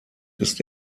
ist